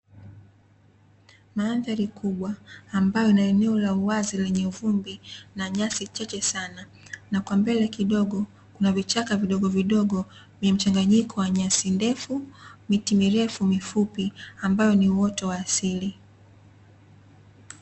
Mandhari kubwa ambayo ina eneo la uwazi lenye vumbi na nyasi chache sana, na kwa mbele kidogo kuna vichaka vidogo vidogo vyenye mchanganyiko wa nyasi ndefu, miti mirefu, mifupi ambayo ni uoto wa asili.